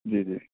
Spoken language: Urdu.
جی جی